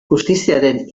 justiziaren